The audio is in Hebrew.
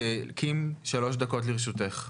קים, שלוש דקות לרשותך.